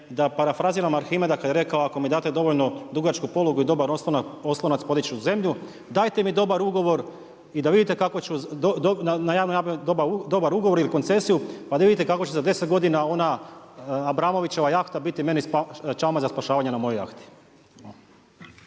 da parafraziram Arhimeda kada je rekao ako mi date dovoljno dugačku polugu i dobar oslonac podići ću zemlju. Dajte mi dobar ugovor i da vidite kako ću na javnoj nabavi dobar ugovor ili koncesiju, pa da vidite kako će